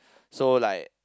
so like